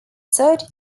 țări